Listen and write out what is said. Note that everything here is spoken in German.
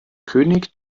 könig